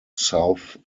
south